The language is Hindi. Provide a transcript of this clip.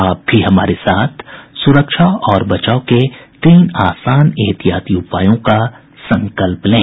आप भी हमारे साथ सुरक्षा और बचाव के तीन आसान एहतियाती उपायों का संकल्प लें